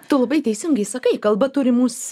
tu labai teisingai sakai kalba turi mus